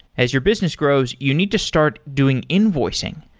as your business grows, you need to start doing invoicing,